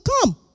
come